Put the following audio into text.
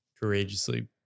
Courageously